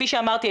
כפי שאמרתי,